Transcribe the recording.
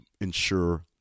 ensure